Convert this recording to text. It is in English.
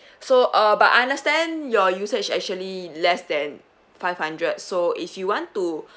so uh but I understand your usage actually in less than five hundred so if you want to